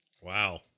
Wow